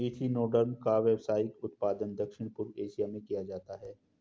echinoderm का व्यावसायिक उत्पादन दक्षिण पूर्व एशिया में किया जाता है